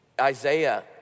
Isaiah